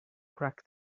crack